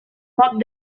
poc